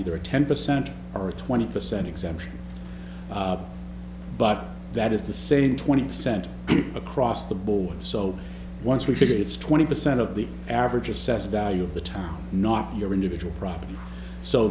either a ten percent or twenty percent exemption but that is the same twenty percent across the board so once we figure it's twenty percent of the average assessed value of the time not your individual property so